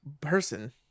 person